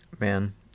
Man